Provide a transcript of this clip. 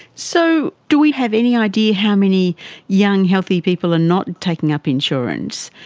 so do we have any idea how many young healthy people are not taking up insurance?